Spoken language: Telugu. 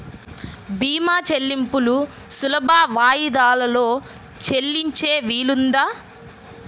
భీమా చెల్లింపులు సులభ వాయిదాలలో చెల్లించే వీలుందా?